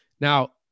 Now